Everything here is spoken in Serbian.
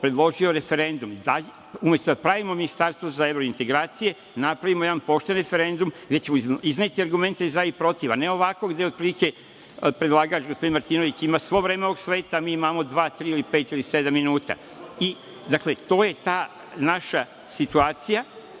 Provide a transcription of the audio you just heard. predložio referendum, umesto da pravimo ministarstvo zaevrointegracije, napravimo jedan opšti referendum gde ćemo izneti argumente za i protiv, a ne ovako od prilike gde predlagač, gospodin Martinović ima sve vreme ovog sveta, mi imam 2, 3, 7 minuta. To je ta naša situacija,